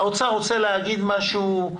האוצר רוצה להגיד משהו?